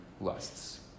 lusts